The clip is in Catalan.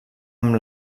amb